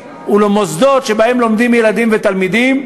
ולמוסדות שבהם לומדים ילדים ותלמידים,